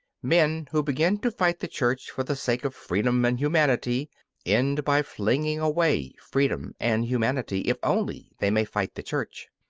men who begin to fight the church for the sake of freedom and humanity end by flinging away freedom and humanity if only they may fight the church.